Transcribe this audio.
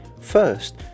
First